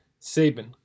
Saban